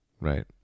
Right